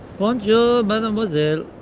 bonjour mademoiselle